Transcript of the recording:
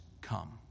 come